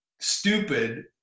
stupid